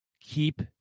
Keep